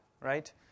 right